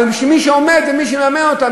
אבל מי שעומד ומי שמממן אותם,